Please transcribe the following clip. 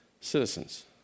citizens